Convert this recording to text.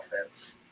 offense